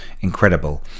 incredible